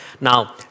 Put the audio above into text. Now